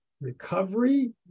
recovery